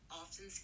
often